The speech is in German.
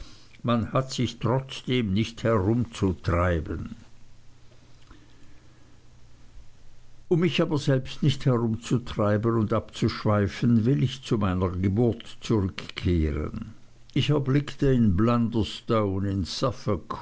man hat sich trotzdem nicht herumzutreiben um mich aber nicht selbst herumzutreiben und abzuschweifen will ich wieder zu meiner geburt zurückkehren ich erblickte in blunderstone in